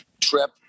trip